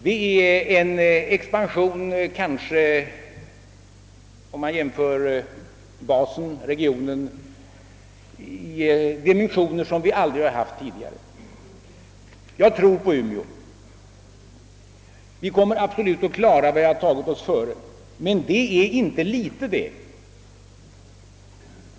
Där sker en expansion som, om man tar hänsyn till basen, d. v. s. regionen, är av en dimension som vi aldrig haft tidigare. Jag tror på Umeå. Vi kommer för visso att klara vad vi har tagit oss före, men det är inte litet det!